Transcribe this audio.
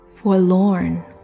Forlorn